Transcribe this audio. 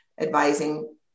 advising